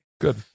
good